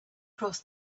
cross